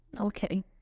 Okay